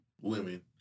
women